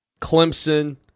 Clemson